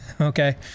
okay